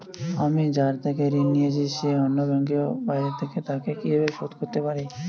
আমি যার থেকে ঋণ নিয়েছে সে অন্য ব্যাংকে ও বাইরে থাকে, তাকে কীভাবে শোধ করতে পারি?